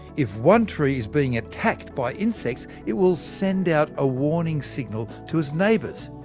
if one tree is being attacked by insects, it will send out a warning signal to its neighbours.